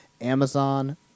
Amazon